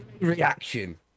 reaction